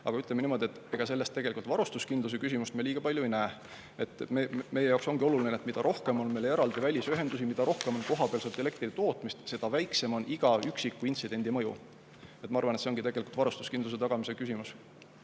aga ütleme niimoodi, et ega me selles tegelikult varustuskindluse küsimust liiga palju ei näe. Meie jaoks ongi oluline, et mida rohkem on meil eraldi välisühendusi, mida rohkem on kohapealset elektritootmist, seda väiksem on iga üksiku intsidendi mõju. Ma arvan, et see ongi tegelikult varustuskindluse tagamise küsimus.